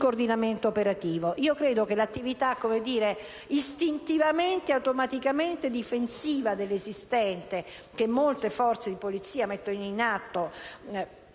coordinamento operativo. Credo che l'attività istintivamente ed automaticamente difensiva dell'esistente, che molte forze di polizia mettono in atto